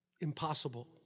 impossible